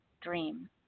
Dream